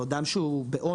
אדם שהוא בעוני,